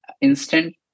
instant